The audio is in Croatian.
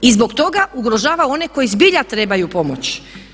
I zbog toga ugrožava one koji zbilja trebaju pomoć.